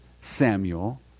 Samuel